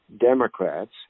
Democrats